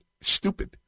stupid